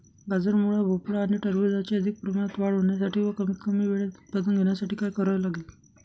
गाजर, मुळा, भोपळा आणि टरबूजाची अधिक प्रमाणात वाढ होण्यासाठी व कमीत कमी वेळेत उत्पादन घेण्यासाठी काय करावे लागेल?